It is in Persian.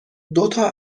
دوتا